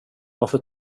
varför